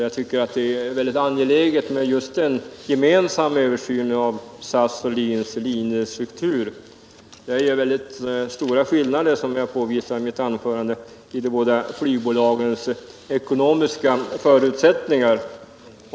Jag tycker att det är angeläget just med en gemensam översyn av SAS och Linjeflygs struktur. Som jag påvisade i mitt anförande är det stora skillnader i de båda flygbolagens ekonomiska förutsättningar.